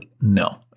no